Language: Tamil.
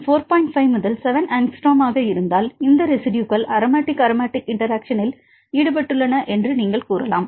5 முதல் 7 ஆங்ஸ்ட்ரோம் ஆக இருந்தால் இந்த ரெஸிட்யுகள் அரோமாட்டிக் அரோமாட்டிக் இன்டெராக்ஷனில் ஈடுபட்டுள்ளன என்று நீங்கள் கூறலாம்